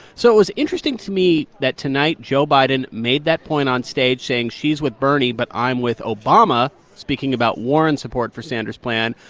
so it was interesting to me that, tonight, joe biden made that point on stage saying, she's with bernie, but i'm with obama, speaking about warren's support for sanders' plan.